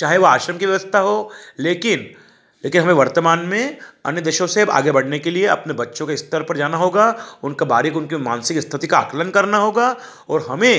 चाहे वह आश्रम की व्यवस्था हो लेकिन लेकिन हमें वर्तमान में अन्य देशों से आगे बढ़ने के लिए अपने बच्चों के स्तर पर जाना होगा उनका बारीक़ उनकी मानसिक स्थिति का आकलन करना होगा और हमें